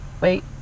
wait